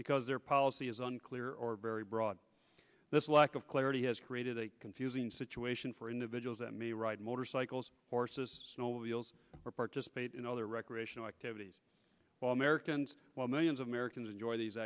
because their policy is unclear or very broad this lack of clarity has created a confusing situation for individuals that may ride motorcycles horses snowmobiles participate in other recreational activities while americans millions of americans enjoy these